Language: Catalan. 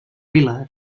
vila